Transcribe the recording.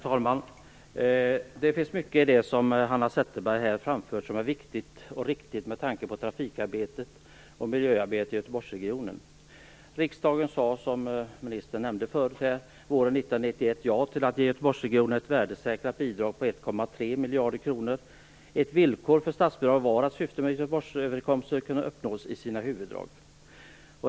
Fru talman! Det finns mycket i det som Hanna Zetterberg här framfört som är viktigt och riktigt med tanke på trafikarbetet och miljöarbetet i Göteborgsregionen. Riksdagen sade, som ministern nämnde, våren 1991 ja till att ge Göteborgsregionen ett värdesäkrat bidrag på 1,3 miljarder kronor. Ett villkor för statsbidraget var att syftet med Göteborgsöverenskommelsen kunde uppnås i sina huvuddrag.